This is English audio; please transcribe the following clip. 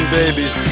babies